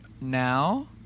now